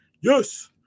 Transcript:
Yes